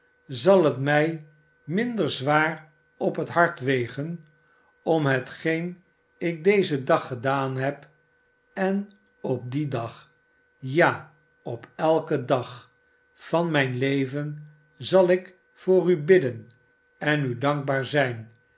zal het mij minder zwaar op het hart wegen om hetgeen ik dezen dag gedaan heb en op dien dag ja op elken dag van mijn leven zal ik voor u bidden en u dankbaar zijn